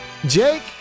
Jake